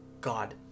God